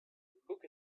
book